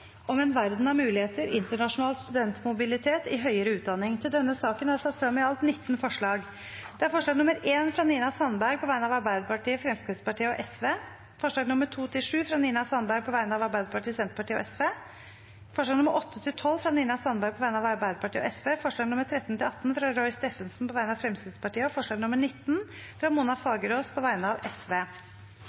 om bemannings- og beredskapssituasjonen i politiet vedlegges protokollen. – Det anses vedtatt. Vi går da videre til votering over sakene på dagens kart. Under debatten er det satt frem i alt 19 forslag. Det er forslag nr. 1, fra Nina Sandberg på vegne av Arbeiderpartiet, Fremskrittspartiet og Sosialistisk Venstreparti forslagene nr. 2–7, fra Nina Sandberg på vegne av Arbeiderpartiet, Senterpartiet og Sosialistisk Venstreparti forslagene nr. 8–12, fra Nina Sandberg på vegne av Arbeiderpartiet og Sosialistisk Venstreparti forslagene nr. 13–18, fra Roy Steffensen på vegne av Fremskrittspartiet forslag nr. 19, fra Mona Fagerås på vegne av